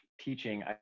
teaching